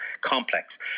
complex